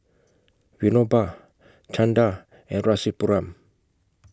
Vinoba Chanda and Rasipuram